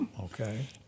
okay